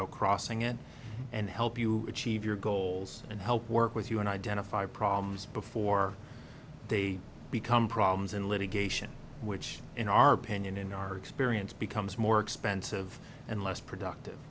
t crossing it and help you achieve your goals and help work with you and identify problems before they become problems in litigation which in our opinion in our experience becomes more expensive and less productive